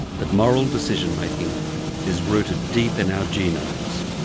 that moral decision-making is rooted deep in our genomes.